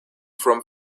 from